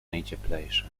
najcieplejsze